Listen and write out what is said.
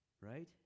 right